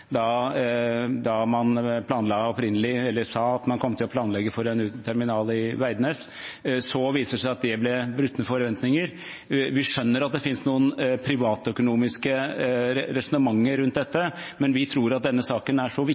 da man sa man kom til å planlegge for en terminal på Veidnes. Så viste det seg at det ble brutte forventninger. Vi skjønner at det finnes noen privatøkonomiske resonnementer rundt dette, men vi tror denne saken er